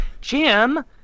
Jim